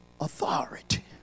authority